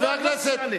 חבר הכנסת,